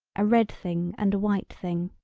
a red thing and a white thing.